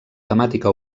temàtica